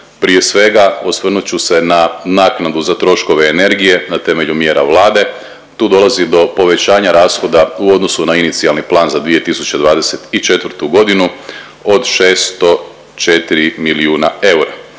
Prije svega osvrnut ću se na naknadu za troškove energije na temelju mjera Vlade, tu dolazi do povećanja rashoda u odnosu na inicijalni plan za 2024.g. od 604 milijuna eura.